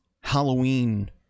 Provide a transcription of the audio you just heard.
Halloween